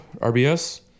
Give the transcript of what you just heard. RBS